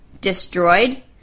Destroyed